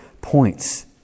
points